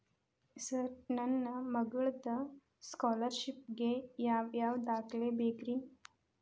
Sir ನನ್ನ ಮಗ್ಳದ scholarship ಗೇ ಯಾವ್ ಯಾವ ದಾಖಲೆ ಬೇಕ್ರಿ?